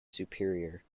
superior